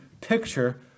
picture